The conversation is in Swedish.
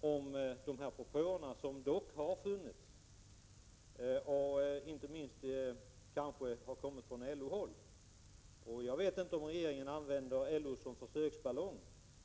tanke på de propåer som dock har funnits och kanske inte minst kommit från LO-håll. Jag vet inte om regeringen använder LO som försöksballong.